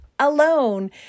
alone